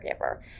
caregiver